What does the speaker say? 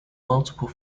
multiple